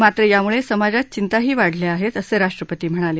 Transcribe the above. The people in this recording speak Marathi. मात्र यामुळे समाजात चिंताही वाढल्या आहेत असं राष्ट्रपती म्हणाले